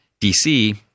DC